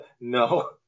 No